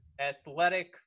athletic